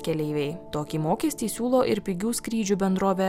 keleiviai tokį mokestį siūlo ir pigių skrydžių bendrovė